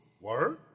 Word